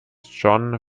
john